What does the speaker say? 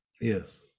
Yes